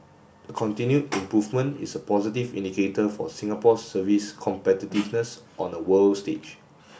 the continued improvement is a positive indicator for Singapore's service competitiveness on a world stage